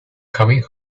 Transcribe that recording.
coming